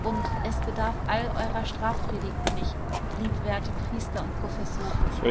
und es bedarf all eurer strafpredigten nicht liebwerte priester und professoren